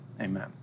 amen